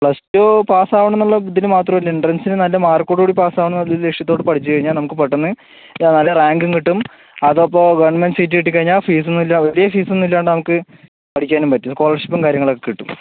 plus two pass ആവണമെന്നുള്ള ഇതിന് മാത്രം അല്ല എൻട്രൻസിന് നല്ല മാർക്കോട് കൂടി പാസ് ആവണമെന്ന് ഉള്ള ലക്ഷ്യത്തോട് കൂടി പഠിച്ച് കഴിഞ്ഞാൽ നമുക്ക് പെട്ടെന്ന് നല്ല റാങ്കും കിട്ടും അത് അപ്പോൾ ഗവൺമെന്റ് സീറ്റ് കിട്ടി കഴിഞ്ഞാൽ ഫീസ് ഒന്നും ഇല്ല വലിയ ഫീസ് ഒന്നും ഇല്ലാണ്ട് നമുക്ക് പഠിക്കാനും പറ്റും സ്കോളർഷിപ്പും കാര്യങ്ങളൊക്കെ കിട്ടും